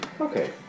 Okay